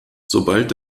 sobald